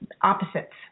opposites